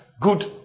good